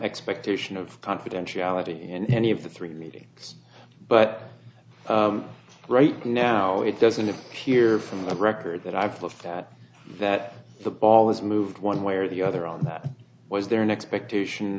expectation of confidentiality in any of the three meetings but right now it doesn't appear from the record that i've looked at that the ball is moved one way or the other on that was there an expectation